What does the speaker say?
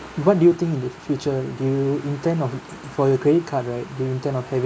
what do you think in the future do you intend on for your credit card right do you intend of having